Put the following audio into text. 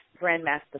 grandmaster